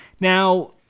Now